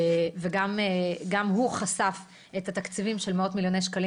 וגם הוא חשף את התקציבים של מאות מיליוני שקלים